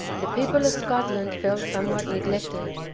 the people of scotland felt somewhat neglected.